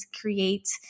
create